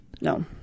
No